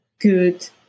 good